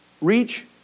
Reach